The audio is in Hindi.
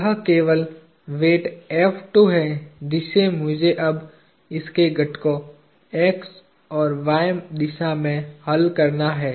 यह केवल वेट है जिसे मुझे अब इसके घटकों और x और y दिशा में हल करना है